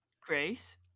grace